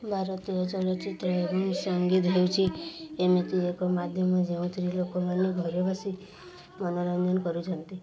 ଭାରତୀୟ ଚଳଚ୍ଚିତ୍ର ଏବଂ ସଙ୍ଗୀତ ହେଉଛି ଏମିତି ଏକ ମାଧ୍ୟମ ଯେଉଁଥିରେ ଲୋକମାନେ ଘରେ ବସି ମନୋରଞ୍ଜନ କରୁଛନ୍ତି